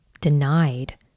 denied